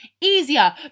easier